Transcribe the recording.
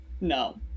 No